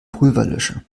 pulverlöscher